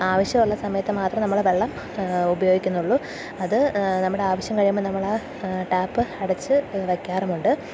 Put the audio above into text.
ആവശ്യമള്ള സമയത്തു മാത്രമേ നമ്മള് വെള്ളം ഉപയോഗിക്കുന്നുള്ളൂ അത് നമ്മുടെ ആവശ്യം കഴിയുമ്പോള് നമ്മളാ ടാപ്പ് അടച്ചുവയ്ക്കാറുമുണ്ട്